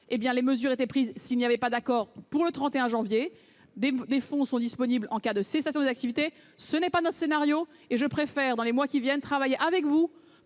Les mesures étaient prises pour le cas où il n'y aurait pas eu d'accord le 31 janvier. Des fonds seront disponibles en cas de cessations d'activité. Ce n'est pas notre scénario et je préfère, dans les mois qui viennent, travailler avec vous